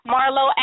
Marlo